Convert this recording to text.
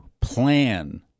plan